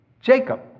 Jacob